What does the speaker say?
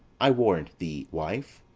i warrant thee, wife.